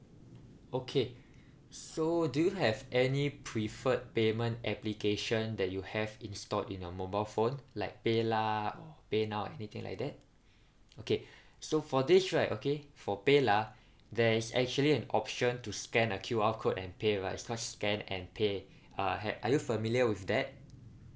okay so do you have any preferred payment application that you have installed in your mobile phone like paylah paynow anything like that okay so for this right okay for paylah there's actually an option to scan a Q_R code and pay right just such scan and pay uh had are you familiar with that